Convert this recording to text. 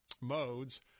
modes